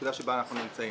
לנקודה שבה אנחנו נמצאים.